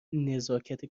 نزاکت